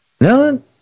No